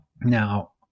Now